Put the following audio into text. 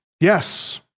yes